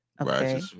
okay